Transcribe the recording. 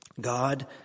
God